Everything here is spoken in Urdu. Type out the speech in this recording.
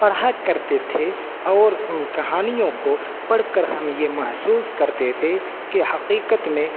پڑھا کرتے تھے اور ان کہانیوں کو پڑھ کر ہم یہ محسوس کرتے تھے کہ حقیکت میں